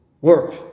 work